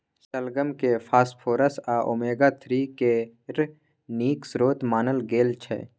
शलगम केँ फास्फोरस आ ओमेगा थ्री केर नीक स्रोत मानल गेल छै